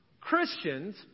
Christians